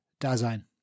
Dasein